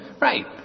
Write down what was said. right